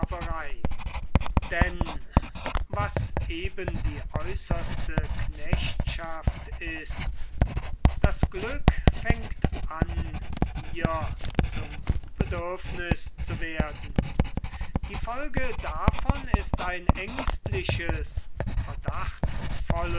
denn was eben die äußerste knechtschaft ist das glück fängt an ihr zum bedürfniß zu werden die folge davon ist ein ängstliches verdachtvolles